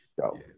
go